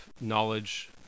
knowledge